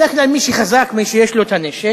בדרך כלל מי שחזק, מי שיש לו הנשק,